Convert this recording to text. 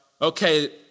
okay